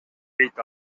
дейт